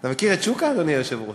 אתה מכיר את שוקה, אדוני היושב-ראש?